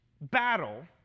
battle